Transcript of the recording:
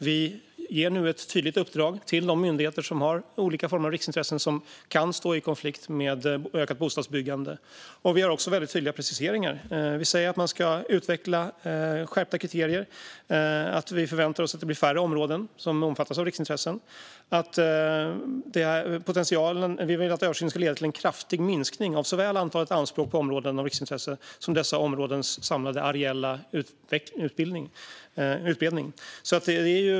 Vi ger nu ett tydligt uppdrag till de myndigheter som ansvarar för olika former av riksintressen som kan stå i konflikt med ett ökat bostadsbyggande, och vi har också väldigt tydliga preciseringar: Vi säger att man ska utveckla skärpta kriterier, att vi förväntar oss att det blir färre områden som omfattas av riksintressen och att vi vill att översynen ska leda till en kraftig minskning av såväl antalet anspråk på områden av riksintresse som dessa områdens samlade areella utbredning.